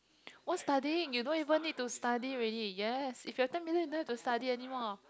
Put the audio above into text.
what's studying you don't even need to study already yes if you have ten million you don't have to study anymore